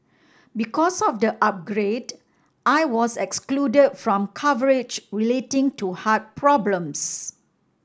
because of the upgrade I was excluded from coverage relating to heart problems